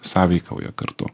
sąveikauja kartu